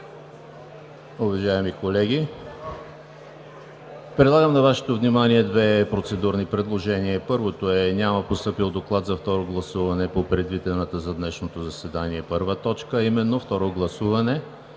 Уважаеми колеги, предлагам на Вашето внимание две процедурни предложения: Първото, няма постъпил доклад за второ гласуване по предвидената за днешното заседание първа точка, а именно: Второ гласуване